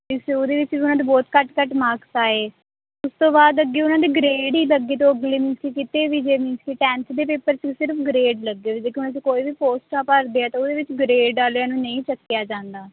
ਇਸ ਉਹਦੇ ਵਿੱਚ ਵੀ ਉਹਨਾਂ ਦੇ ਬਹੁਤ ਘੱਟ ਘੱਟ ਮਾਰਕਸ ਆਏ ਉਸ ਤੋਂ ਬਾਅਦ ਅੱਗੇ ਉਹਨਾਂ ਦੇ ਗ੍ਰੇਡ ਹੀ ਲੱਗੇ ਅਤੇ ਕਿਤੇ ਵੀ ਜੇ ਮੀਨਜ਼ ਕਿ ਟੈਂਨਥ ਦੇ ਪੇਪਰ 'ਚ ਵੀ ਸਿਰਫ ਗਰੇਡ ਲੱਗੇ ਦੇਖੋ ਹੁਣ ਅਸੀਂ ਕੋਈ ਵੀ ਪੋਸਟਾਂ ਭਰਦੇ ਹਾਂ ਤਾਂ ਉਹਦੇ ਵਿੱਚ ਗ੍ਰੇਡ ਵਾਲਿਆਂ ਨੂੰ ਨਹੀਂ ਚੱਕਿਆ ਜਾਂਦਾ